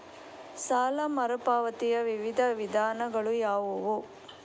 ಸಾಲ ಮರುಪಾವತಿಯ ವಿವಿಧ ವಿಧಾನಗಳು ಯಾವುವು?